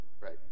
Right